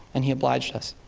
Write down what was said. and he obliged us.